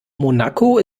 monaco